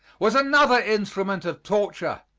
was another instrument of torture.